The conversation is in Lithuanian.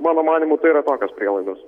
mano manymu tai yra tokios prielaidos